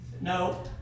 No